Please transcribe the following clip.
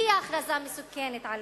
והיא הכרזה מסוכנת עליכם.